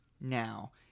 now